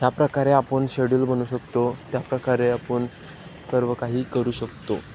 ह्या प्रकारे आपण शेड्यूल बनवू शकतो त्याप्रकारे आपण सर्व काही करू शकतो